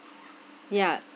yeah